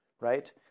right